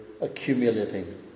accumulating